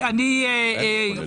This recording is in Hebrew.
אני רוצה להוסיף לגבי מה שכולם אמרו פה.